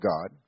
God